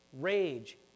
rage